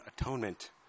atonement